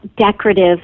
decorative